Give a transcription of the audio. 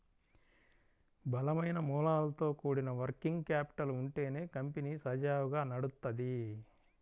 బలమైన మూలాలతో కూడిన వర్కింగ్ క్యాపిటల్ ఉంటేనే కంపెనీ సజావుగా నడుత్తది